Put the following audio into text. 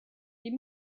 die